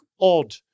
odd